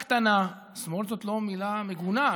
שמאל זה לא מילה מגונה.